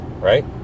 right